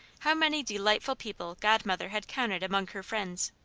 how many delightful people godmother had counted among her friends.